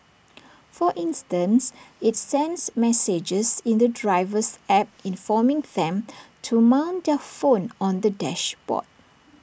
for instance IT sends messages in the driver's app informing them to mount their phone on the dashboard